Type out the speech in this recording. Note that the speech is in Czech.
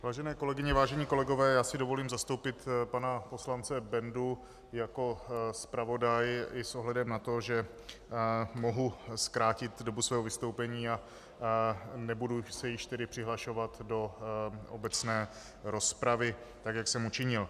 Vážené kolegyně, vážení kolegové, já si dovolím zastoupit pana poslance Bendu jako zpravodaj i s ohledem na to, že mohu zkrátit dobu svého vystoupení a nebudu se již tedy přihlašovat do obecné rozpravy tak, jak jsem učinil.